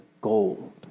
gold